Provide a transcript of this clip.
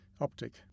optic